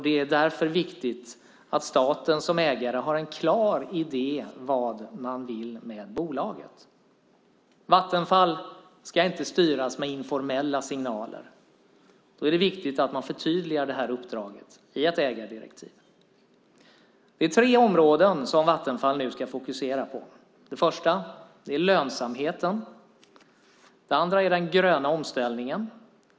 Det är därför viktigt att staten som ägare har en klar idé om vad man vill med bolaget. Vattenfall ska inte styras med informella signaler. Det är därför viktigt att man förtydligar uppdraget i ett ägardirektiv. Vattenfall ska nu fokusera på tre områden. Det första är lönsamheten. Det andra är den gröna omställningen.